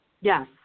Yes